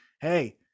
Hey